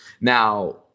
Now